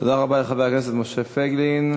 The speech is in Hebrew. תודה רבה לחבר הכנסת משה פייגלין.